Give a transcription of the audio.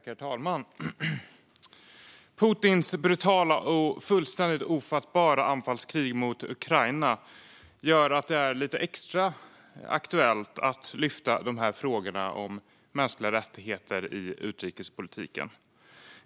Herr talman! Putins brutala och fullständigt ofattbara anfallskrig mot Ukraina gör det lite extra aktuellt att lyfta upp frågor om mänskliga rättigheter i utrikespolitiken.